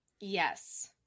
yes